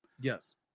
Yes